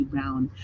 Brown